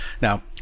Now